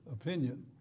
opinion